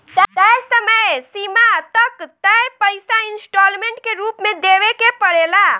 तय समय सीमा तक तय पइसा इंस्टॉलमेंट के रूप में देवे के पड़ेला